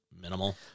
minimal